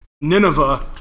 Nineveh